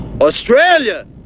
Australia